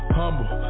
humble